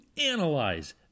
analyze